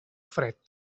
fred